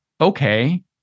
okay